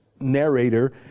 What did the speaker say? narrator